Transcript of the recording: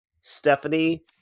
Stephanie